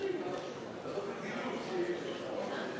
4), התשע"ב 2012, נתקבל.